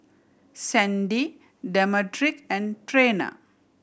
Sandie Demetric and Trena